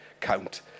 count